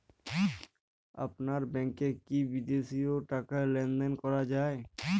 আপনার ব্যাংকে কী বিদেশিও টাকা লেনদেন করা যায়?